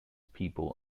people